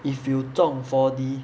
if you 中 four D